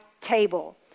table